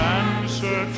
answer